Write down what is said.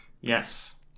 yes